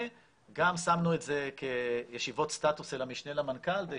וגם שמנו את זה כישיבות סטטוס אל המשנה למנכ"ל כדי